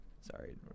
Sorry